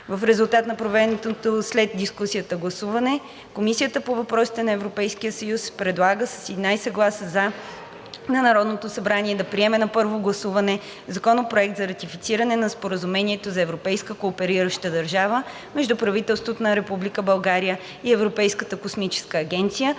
В резултат на проведеното след дискусията гласуване, Комисията по въпросите на Европейския съюз предлага с 11 гласа „за“ на Народното събрание да приеме на първо гласуване Законопроект за ратифициране на Споразумението за европейска кооперираща държава между правителството на Република България и Европейската космическа агенция,